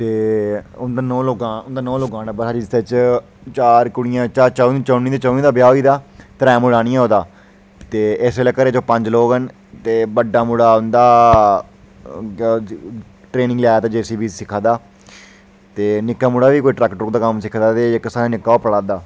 लौह्के तातो हुंदियां चार कुड़ियां बड्डियां ते त्रै जागत हे